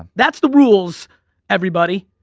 that's the rules everybody,